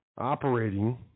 operating